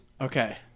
Okay